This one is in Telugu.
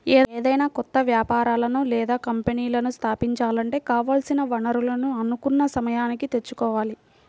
ఏదైనా కొత్త వ్యాపారాలను లేదా కంపెనీలను స్థాపించాలంటే కావాల్సిన వనరులను అనుకున్న సమయానికి తెచ్చుకోవాలి